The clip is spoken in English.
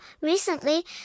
Recently